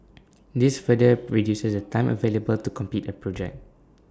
this further reduces the time available to complete A project